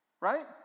right